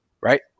Right